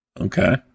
Okay